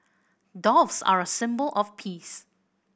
doves are a symbol of peace